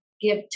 give